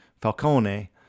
Falcone